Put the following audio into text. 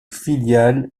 filiales